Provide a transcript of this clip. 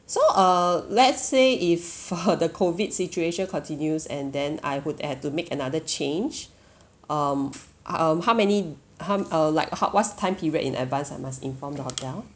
so uh let's say if the COVID situation continues and then I would have to make another change um uh um how many how uh like how what's the time period in advance I must inform the hotel